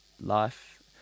life